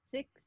Six